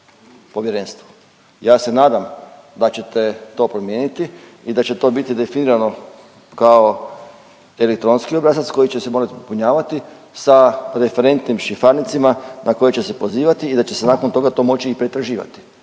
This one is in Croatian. Ja se nadam da ćete to promijeniti i da će to biti definirano kao elektronski obrazac koji će se morati popunjavati sa referentnim šifarnicima na koje će se pozivati i da će se nakon toga to moći i pretraživati.